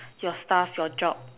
your stuff your job